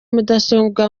mudasobwa